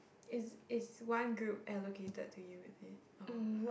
is is one group allocated to you is it or how